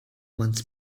months